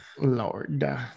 Lord